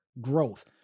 growth